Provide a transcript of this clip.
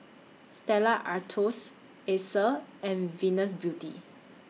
Stella Artois Acer and Venus Beauty